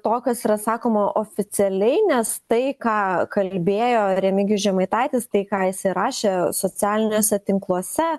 to kas yra sakoma oficialiai nes tai ką kalbėjo remigijus žemaitaitis tai ką jisai rašė socialiniuose tinkluose